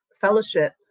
fellowship